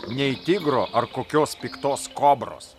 nei tigro ar kokios piktos kobros